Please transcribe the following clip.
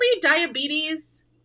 diabetes